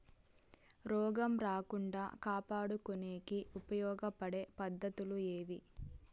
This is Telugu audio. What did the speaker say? రోగం రాకుండా కాపాడుకునేకి ఉపయోగపడే పద్ధతులు ఏవి?